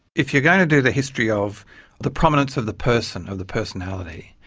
if you're going to do the history of the prominence of the person, of the personality,